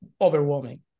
overwhelming